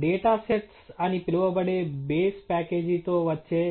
'data sets ' అని పిలువబడే base ప్యాకేజీతో వచ్చే